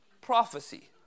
prophecy